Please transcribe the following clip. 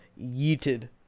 yeeted